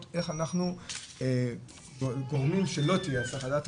איך אנחנו גורמים שלא יהיה היסח הדעת,